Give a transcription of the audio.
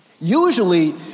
Usually